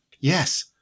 Yes